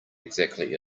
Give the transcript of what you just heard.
exactly